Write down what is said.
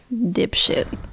dipshit